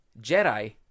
Jedi